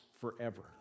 forever